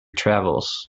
travels